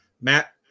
Matt